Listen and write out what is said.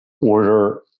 order